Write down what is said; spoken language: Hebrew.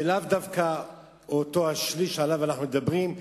ולאו דווקא אותו השליש שעליו אנחנו מדברים,